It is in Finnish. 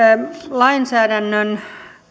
lainsäädännön